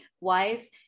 wife